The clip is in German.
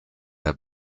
der